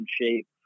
shape